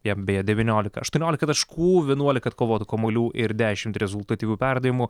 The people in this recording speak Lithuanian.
jam beje devyniolika aštuoniolika taškų vienuolika atkovotų kamuolių ir dešimt rezultatyvių perdavimų